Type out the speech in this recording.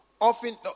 often